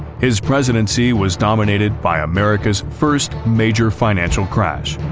his presidency was dominated by america's first major financial crash.